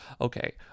okay